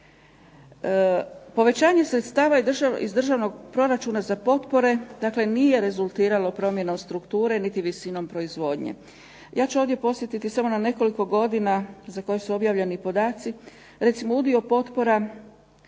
Povećanje sredstava iz državnog proračuna za potpore, dakle nije rezultiralo promjenom strukture niti visinom proizvodnje. Ja ću ovdje podsjetiti samo na nekoliko godina za koje su objavljeni podaci. Recimo udio potpora